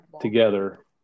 together